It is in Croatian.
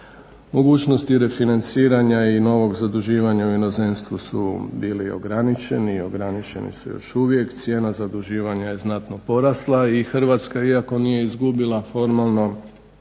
Mogućnosti refinanciranja i novog zaduživanja u inozemstvu su bili ograničeni, i ograničeni su još uvijek, cijena zaduživanja je znatno porasla i Hrvatska iako nije izgubila formalno